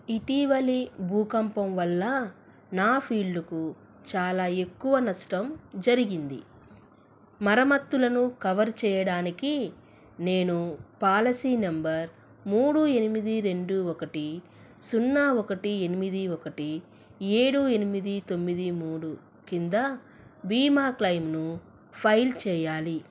ఇటీవలి భూకంపం వల్ల నా ఫీల్డుకు చాలా ఎక్కువ నష్టం జరిగింది మరమత్తులను కవర్ చేయడానికి నేను పాలసీ నంబర్ మూడు ఎనిమిది రెండు ఒకటి సున్నా ఒకటి ఎనిమిది ఒకటి ఏడు ఎనిమిది తొమ్మిది మూడు కింద భీమా క్లయిమ్ను ఫైల్ చెయ్యాలి